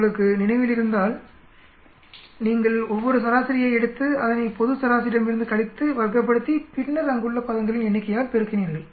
உங்களுக்கு நினைவிலிருந்தால் நீங்க ஒவ்வொரு சராசரியை எடுத்து அதனை பொது சராசரியிடமிருந்து கழித்து வர்க்கப்படுத்தி பின்னர் அங்குள்ள பதங்களின் எண்ணிக்கையால் பெருக்குனீர்கள்